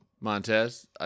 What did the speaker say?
Montez